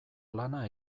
lana